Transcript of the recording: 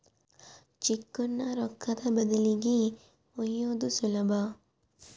ಚೆಕ್ಕುನ್ನ ರೊಕ್ಕದ ಬದಲಿಗಿ ಒಯ್ಯೋದು ಸುಲಭ